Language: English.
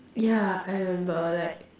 yeah I remember like